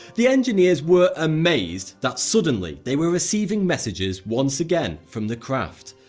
the engineers were amazed that suddenly they were receiving messages once again from the craft.